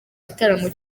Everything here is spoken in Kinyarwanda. gitaramo